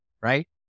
Right